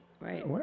right